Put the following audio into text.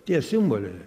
tie simboliai